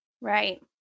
Right